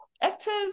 actors